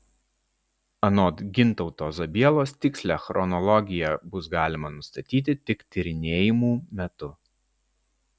anot gintauto zabielos tikslią chronologiją bus galima nustatyti tik tyrinėjimų metu